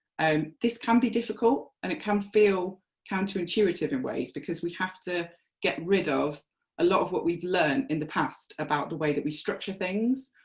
um this can be difficult and it can feel counterintuitive in ways because we have to get rid of a lot of what we've learnt in the past about the way that we structure things,